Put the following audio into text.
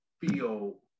feel